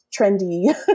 trendy